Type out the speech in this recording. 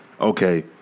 okay